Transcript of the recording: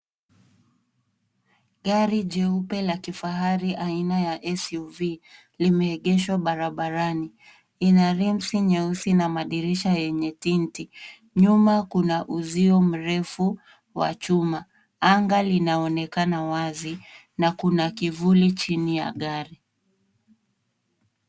Gari jeupe la kifahari aina ya SUV limeegeshwa barabarani. Ina rinsi nyeusi na madirisha yenye tinti. Nyuma kuna uzio mrefu wa chuma. Anga linaonekana wazi na kuna kivuli chini ya gari.